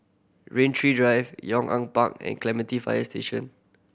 Rain Tree Drive Yong An Park and Clementi Fire Station